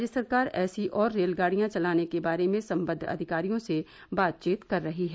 राज्य सरकार ऐसी और रेलगाडियां चलाने के बारे में संबद्ध अधिकारियों से बातचीत कर रही है